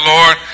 Lord